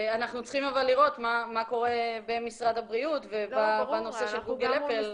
אבל אנחנו צריכים לראות מה קורה במשרד הבריאות בנושא של גוגל-אפל.